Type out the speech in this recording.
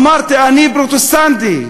אמרתי: אני פרוטסטנטי,